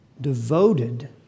devoted